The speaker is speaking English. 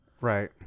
Right